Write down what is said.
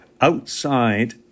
outside